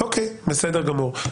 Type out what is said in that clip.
אוקיי, בסדר גמור.